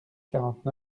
quarante